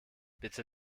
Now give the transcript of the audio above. bitte